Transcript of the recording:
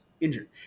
injured